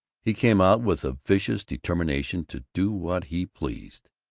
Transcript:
he came out with a vicious determination to do what he pleased.